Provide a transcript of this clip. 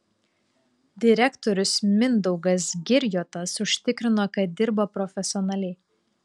direktorius mindaugas girjotas užtikrino kad dirba profesionaliai